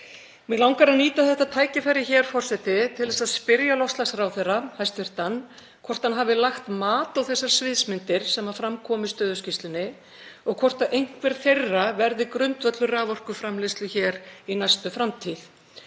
Mig langar að nýta þetta tækifæri hér, forseti, til að spyrja hæstv. loftslagsráðherra hvort hann hafi lagt mat á þessar sviðsmyndir sem fram koma í stöðuskýrslunni og hvort einhver þeirra verði grundvöllur raforkuframleiðslu hér í næstu framtíð.